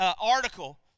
article